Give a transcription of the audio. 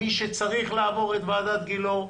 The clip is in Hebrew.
מי שצריך לעבור את ועדת גילאור,